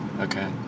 Okay